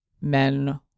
men